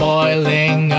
Boiling